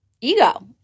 ego